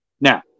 Now